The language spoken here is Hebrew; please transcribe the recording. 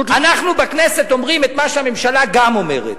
אנחנו בכנסת אומרים את מה שגם הממשלה אומרת: